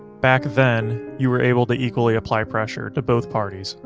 back then, you were able to equally apply pressure to both parties.